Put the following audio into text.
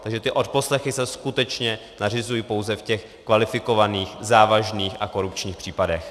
Takže ty odposlechy se skutečně nařizují pouze v kvalifikovaných, závažných a korupčních případech.